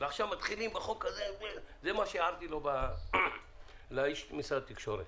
ועכשיו מתחילים בחוק הזה זה מה שהערתי לאיש ממשרד התקשורת.